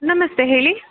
ನಮಸ್ತೆ ಹೇಳಿ